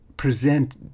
present